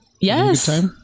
Yes